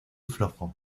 flojo